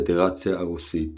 הפדרציה הרוסית